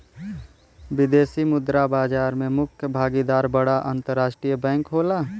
विदेशी मुद्रा बाजार में मुख्य भागीदार बड़ा अंतरराष्ट्रीय बैंक होला